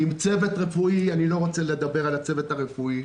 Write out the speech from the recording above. עם צוות רפואי אני לא רוצה לדבר על הצוות הרפואי.